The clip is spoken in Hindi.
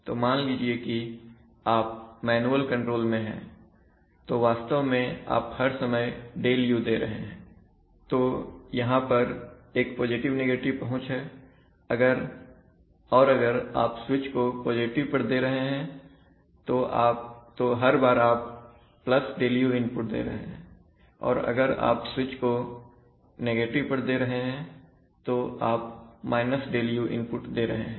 तो मान लीजिए कि आप मैनुअल कंट्रोल में है तो वास्तव में आप हर समय ΔU दे रहे हैं तो यहां पर एक पॉजिटिव नेगेटिव पहुंच है और अगर आप स्विच को पॉजिटिव पर दे रहे हैं तो हर बार आप ΔU इनपुट दे रहे हैं और अगर आप स्विच को नेगेटिव पर दे रहे हैं तो आप ΔU इनपुट दे रहे हैं